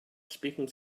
speaking